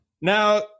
now